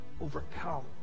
overcome